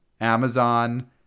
Amazon